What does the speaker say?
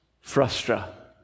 Frustra